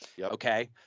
Okay